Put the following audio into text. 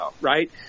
right